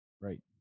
Right